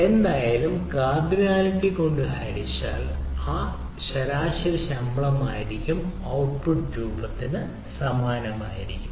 എന്തായാലും കാർഡിനാലിറ്റി കൊണ്ട് ഹരിച്ചാൽ ആകെ കാര്യങ്ങളുടെ ശരാശരി ശമ്പളമായിരിക്കും ഔട്ട്പുട്ട് ആ രൂപത്തിൽ സമാനമായിരിക്കും